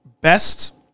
best